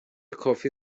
کافی